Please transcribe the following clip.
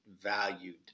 valued